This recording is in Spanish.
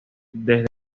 desde